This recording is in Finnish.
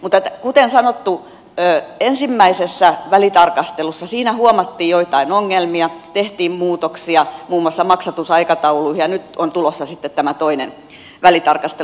mutta kuten sanottu ensimmäisessä välitarkastelussa huomattiin joitain ongelmia tehtiin muutoksia muun muassa maksatusaikatauluihin ja nyt on tulossa sitten tämä toinen välitarkastelu